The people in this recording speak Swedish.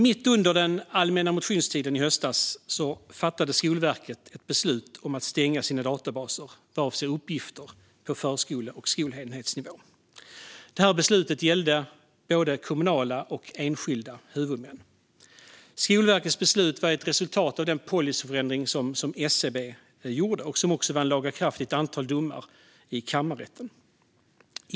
Mitt under allmänna motionstiden i höstas fattade Skolverket beslut om att stänga sina databaser för uppgifter på förskole och skolenhetsnivå. Beslutet gällde både kommunala och enskilda huvudmän. Skolverkets beslut var ett resultat av SCB:s policyförändring, som också vann laga kraft i ett antal domar i kammarrätten.